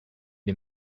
les